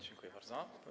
Dziękuję bardzo.